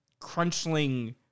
Crunchling